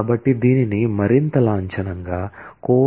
కాబట్టి దీనిని మరింత లాంఛనంగా course